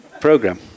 program